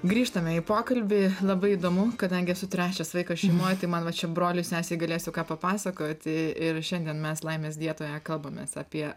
grįžtame į pokalbį labai įdomu kadangi esu trečias vaikas šeimoj tai man va čia broliui sesei galėsiu ką papasakoti ir šiandien mes laimės dietoje kalbamės apie